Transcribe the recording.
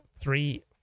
three